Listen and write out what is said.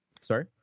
Sorry